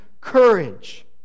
courage